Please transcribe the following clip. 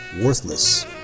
worthless